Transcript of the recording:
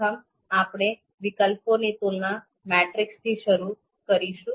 પ્રથમ આપણે વિકલ્પોની તુલના મેટ્રિક્સથી શરૂ કરીશું